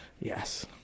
Yes